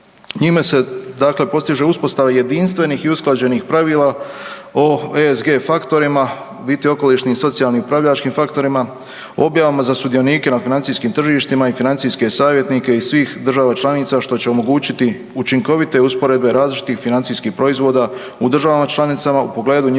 njime se postiže uspostava jedinstvenih i usklađenih pravila o ESSG faktorima u biti okolišnim i socijalnim upravljačkim faktorima, objavama za sudionike na financijskim tržištima i financijske savjetnike i svih država članica što će omogućiti učinkovite usporedbe različitih financijskih proizvoda u državama članicama u pogledu njihovih